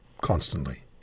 constantly